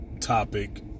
topic